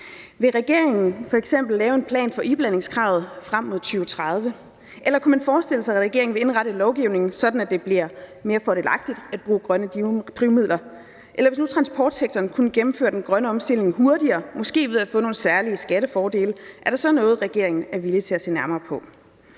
Vil regeringen f.eks. lave en plan for iblandingskravet frem mod 2030? Eller kunne man forestille sig, at regeringen vil indrette lovgivningen sådan, at det bliver mere fordelagtigt at bruge grønne drivmidler? Hvis nu transportsektoren kunne gennemføre den grønne omstilling hurtigere ved måske at få nogle skattefordele, er det så noget, regeringen er villig til at se nærmere på?